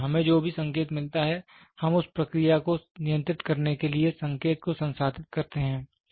इसलिए हमें जो भी संकेत मिलता है हम उस प्रक्रिया को नियंत्रित करने के लिए संकेत को संसाधित करते हैं